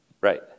Right